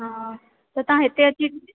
हा त तव्हां हिते अची हा